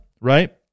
right